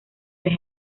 tres